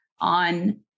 on